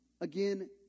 again